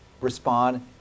respond